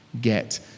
get